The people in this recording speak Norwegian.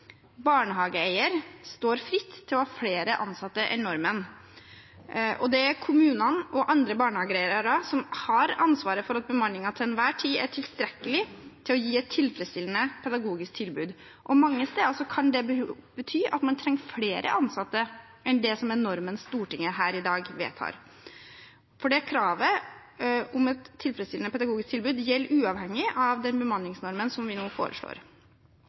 står fritt til å ha flere ansatte enn normen. Det er kommunene og andre barnehageeiere som har ansvaret for at bemanningen til enhver tid er tilstrekkelig for å gi et tilfredsstillende pedagogisk tilbud. Mange steder kan det bety at man trenger flere ansatte enn det som er normen Stortinget her i dag vedtar. For kravet om et tilfredsstillende pedagogisk tilbud gjelder uavhengig av den bemanningsnormen som vi nå foreslår.